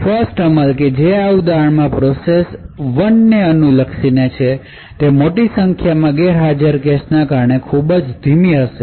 1ST અમલ કે જે આ ઉદાહરણમાં પ્રોસેસ એક અનુલક્ષે છે તે મોટી સંખ્યામાં ગેરહાજર કેશ ને કારણે ખુબ જ ધીમી હશે